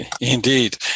Indeed